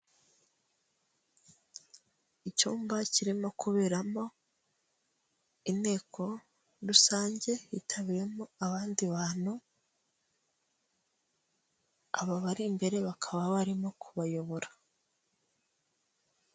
Icyumba kirimo kuberamo inteko rusange yitabiwemo abandi bantu, aba bari imbere bakaba barimo kubayobora.